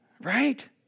Right